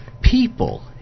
people